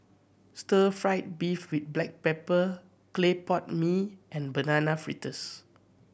stir fried beef with black pepper clay pot mee and Banana Fritters